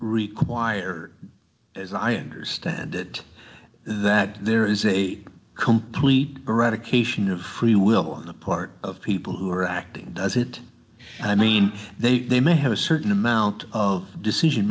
require as i understand it that there is a complete eradication of free will the part of people who are acting as it i mean they may have a certain amount of decision